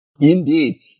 Indeed